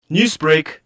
Newsbreak